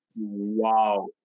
Wow